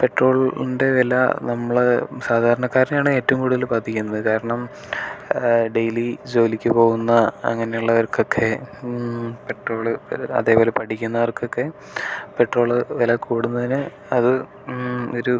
പെട്രോളിൻ്റെ വില നമ്മൾ സാധാരണക്കാരനെയാണ് ഏറ്റവും കൂടുതൽ ബാധിക്കുന്നത് കാരണം ഡെയ്ലി ജോലിക്ക് പോകുന്ന അങ്ങനെയുള്ളവർക്കൊക്കെ പെട്രോൾ അതേപോലെ പഠിക്കുന്നവർക്കൊക്കെ പെട്രോൾ വില കൂടുന്നതിന് അത് ഒരു